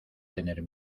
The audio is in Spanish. tener